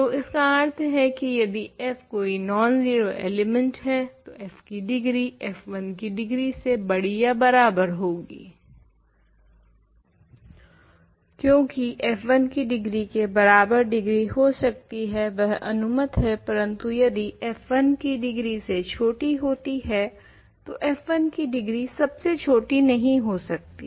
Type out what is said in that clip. तो इसका अर्थ है की यदि f कोई नॉन जीरो एलिमेंट है तो f की डिग्री f1 की डिग्री से बड़ी या बराबर होगी क्यूंकि f1 की डिग्री के बराबर डिग्री हो सकती है वह अनुमत है परन्तु यदि f1 की डिग्री से छोटी होती है तो f1 की डिग्री सबसे छोटी नहीं हो सकती